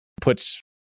puts